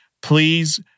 Please